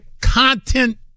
content